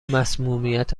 مصمومیت